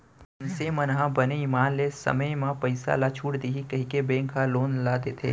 मइनसे मन ह बने ईमान ले समे म पइसा ल छूट देही कहिके बेंक ह लोन ल देथे